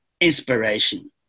inspiration